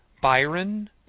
Byron